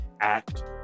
act